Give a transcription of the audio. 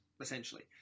essentially